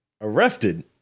arrested